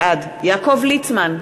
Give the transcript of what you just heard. בעד יעקב ליצמן,